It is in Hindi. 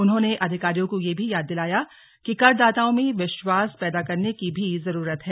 उन्होंने अधिकारियों को यह भी याद दिलाया कि करदाताओं में विश्वास पैदा करने की भी जरूरत है